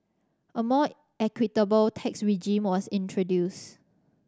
a more equitable tax regime was introduced